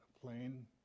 plane